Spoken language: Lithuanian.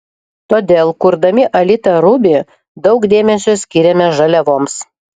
todėl kurdami alita ruby daug dėmesio skyrėme žaliavoms